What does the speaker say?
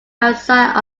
outside